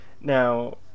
Now